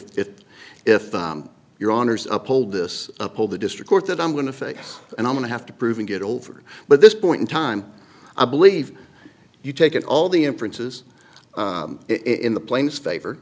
if it if your honour's up told this uphold the district court that i'm going to face and i'm going to have to prove and get over but this point in time i believe you take it all the inferences in the planes favor